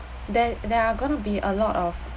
there there are gonna be a lot of